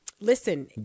listen